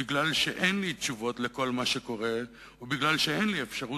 בגלל שאין לי תשובות לכל מה שקורה ובגלל שאין לי אפשרות